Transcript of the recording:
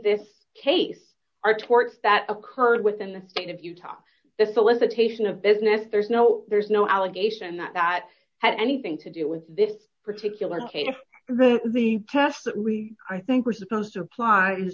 this case are torts that occurred within the state of utah the solicitation of business there's no there's no allegation that that had anything to do with this particular case the tests that we i think were supposed to apply